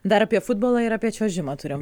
dar apie futbolą ir apie čiuožimą turim